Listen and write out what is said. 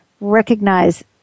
recognize